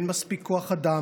ואין מספיק כוח אדם,